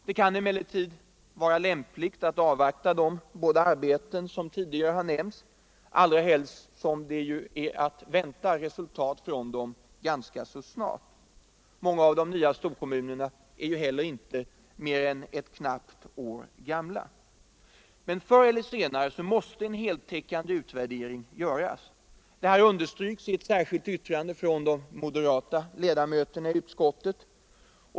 Det kan emellertid vara lämpligt att avvakta de båda arbeten som tidigare har nämnts, allra helst som det är att vänta resultat från dem ganska snart. Många av de nya storkommunerna är ju ännu inte mer än knappt ett år gamla. Men förr eller senare måste en heltäckande och grundlig utvärdering göras. Detta understryks i ett särskilt yttrande från de moderata ledamöterna i utskottet.